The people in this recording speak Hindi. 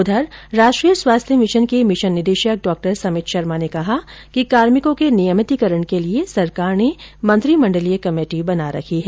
उधर राष्ट्रीय स्वास्थ्य मिशन के मिशन निदेशक डॉ समित शर्मा ने कहा कि कार्मिकों के नियमितिकरण के लिये सरकार ने मंत्रिमंडलीय कमेटी बना रखी है